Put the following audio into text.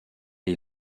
die